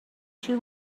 two